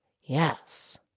Yes